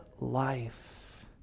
life